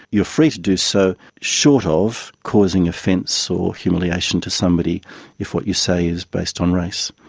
you are free to do so, short of causing offence or humiliation to somebody if what you say is based on race.